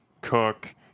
cook